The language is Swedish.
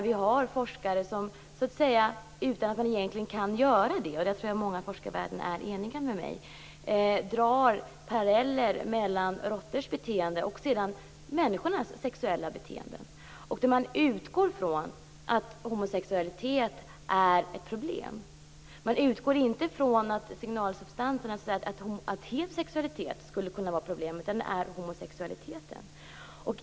Vi har ju forskare som utan att man egentligen kan göra det - där tror jag att många i forskarvärlden är eniga med mig - så att säga drar paralleller mellan råttors och människors sexuella beteende. Man utgår från att homosexualitet är ett problem. Man utgår inte från det här med signalsubstanserna och att heterosexualitet skulle kunna vara ett problem. Det är homosexualiteten som är ett problem.